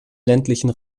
ländlichen